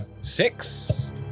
six